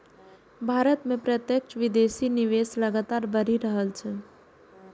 भारत मे प्रत्यक्ष विदेशी निवेश लगातार बढ़ि रहल छै